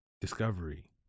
Discovery